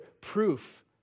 proof